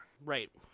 Right